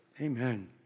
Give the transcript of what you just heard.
Amen